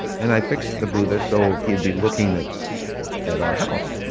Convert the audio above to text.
and i fixed the buddha so he'd be looking at at our house.